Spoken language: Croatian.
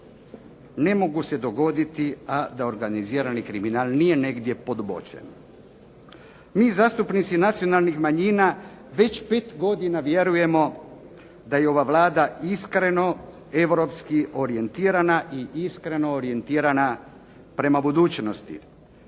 ne mogu se dogoditi a da organizirani kriminal nije negdje podvođen. Mi zastupnici nacionalnih manjina već pet godina vjerujemo da ova Vlada iskreno, europski orijentirana i iskreno orijentirana prema budućnosti